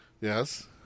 Yes